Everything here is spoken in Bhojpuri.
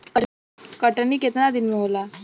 कटनी केतना दिन मे होला?